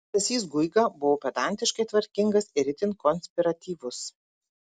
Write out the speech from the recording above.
stasys guiga buvo pedantiškai tvarkingas ir itin konspiratyvus